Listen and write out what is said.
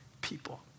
people